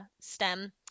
STEM